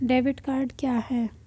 Debit card क्या है?